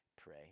pray